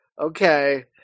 Okay